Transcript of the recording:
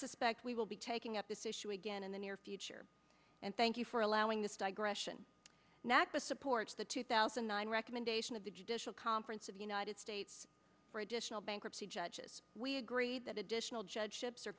suspect we will be taking up this issue again in the near future and thank you for allowing this digression natca supports the two thousand and nine recommendation of the judicial conference of the united states for additional bankruptcy judges we agree that additional judgeships are